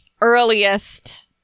earliest